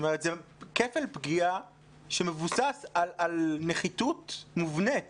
זה כפל פגיעה שמבוסס על נחיתות מובנית